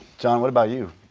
john, what about you?